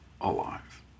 alive